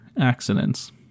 accidents